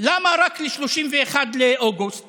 למה רק ב-31 באוגוסט